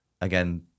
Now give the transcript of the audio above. again